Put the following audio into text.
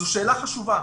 זו שאלה חשובה.